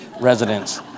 residents